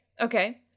okay